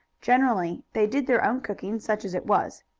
generally they did their own cooking, such as it was.